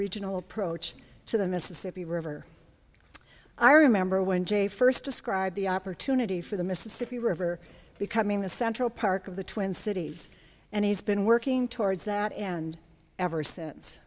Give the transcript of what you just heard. regional approach to the mississippi river i remember when jay first described the opportunity for the mississippi river becoming the central park of the twin cities and he's been working towards that and ever since